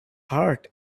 heart